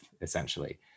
essentially